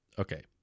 Okay